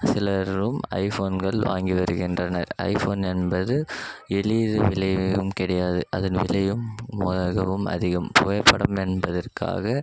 சிலரும் ஐஃபோன்கள் வாங்கி வருகின்றனர் ஐஃபோன் என்பது எளிய விலையிலும் கிடையாது அதன் விலையும் மிகவும் அதிகம் புகைப்படம் என்பதற்காக